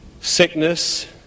sickness